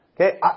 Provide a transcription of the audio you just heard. Okay